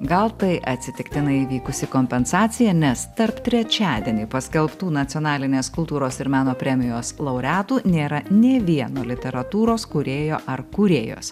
gal tai atsitiktinai įvykusi kompensacija nes tarp trečiadienį paskelbtų nacionalinės kultūros ir meno premijos laureatų nėra nė vieno literatūros kūrėjo ar kūrėjos